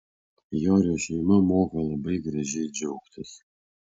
jorio šeima moka labai gražiai džiaugtis